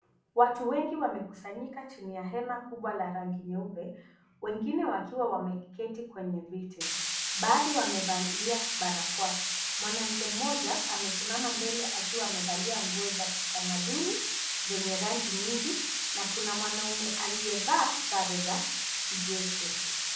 Watu wengi wamekusanyika chini ya hema kubwa la rangi nyeupe wengine wakiwa wameketi kwenye viti, baadhi wamevalia barakoa. Mwanamke mmoja amesimama mbele akiwa amevalia nguo za kitamaduni zenye rangi nyingi na kuna mwanaume aliyevaa sare za kijeshi.